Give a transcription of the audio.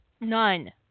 None